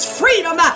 freedom